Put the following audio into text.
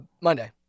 Monday